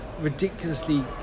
ridiculously